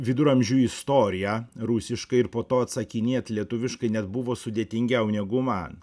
viduramžių istoriją rusiškai ir po to atsakinėt lietuviškai net buvo sudėtingiau negu man